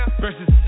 Versus